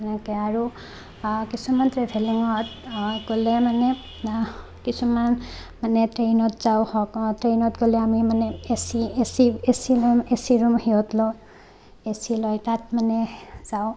তেনেকৈ আৰু কিছুমান ট্ৰেভেলিঙত গ'লে মানে কিছুমান মানে ট্ৰেইনত যাওঁ হওক ট্ৰেইনত গ'লে আমি মানে A C A C A C room A C room হিহত লওঁ এ চি লৈ তাত মানে যাওঁ